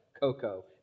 Coco